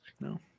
No